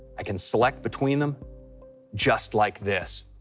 i can select between them just like this.